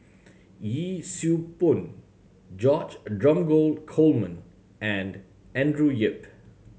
Yee Siew Pun George Dromgold Coleman and Andrew Yip